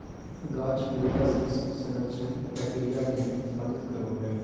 गाछ मृदा संरक्षण प्रक्रिया मे मदद करो हय